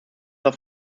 auf